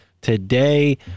today